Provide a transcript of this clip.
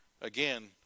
again